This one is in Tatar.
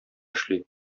эшли